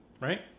right